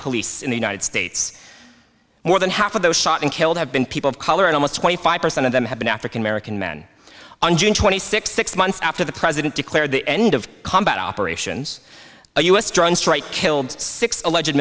police in the united states more than half of those shot and killed have been people of color in almost twenty five percent of them have been african american men on june twenty sixth six months after the president declared the end of combat operations a u s drone strike killed six allege